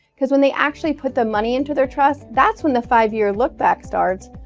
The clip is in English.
because when they actually put the money into their trust, that's when the five year look back starts.